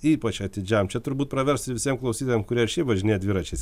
ypač atidžiam čia turbūt praverstų ir visiem klausytojam kurie ir šiaip važinėja dviračiais